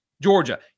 Georgia